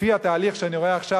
לפי התהליך שאני רואה עכשיו,